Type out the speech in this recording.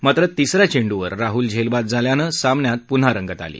मात्र तिस या चेंडूवर राहुल झेलबाद झाल्यानं सामन्यात पून्हा रंगत आली